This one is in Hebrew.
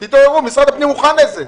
תתעוררו, משרד הפנים מוכן לזה.